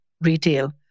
retail